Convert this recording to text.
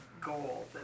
goal